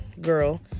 girl